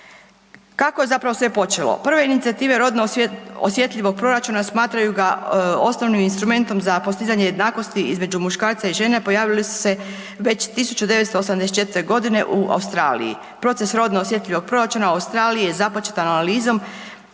Kako je zapravo sve počelo? Prve inicijative rodno osjetljivog proračuna smatraju ga osnovnim instrumentom za postizanje jednakosti između muškarca i žene pojavili su se već 1984. godine u Australiji. Proces rodno osjetljivog proračuna u Australiji je započeta analizom